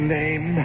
name